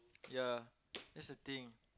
ya that's the thing